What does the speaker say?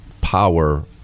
power